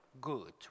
good